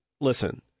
listen